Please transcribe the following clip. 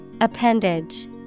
Appendage